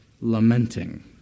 lamenting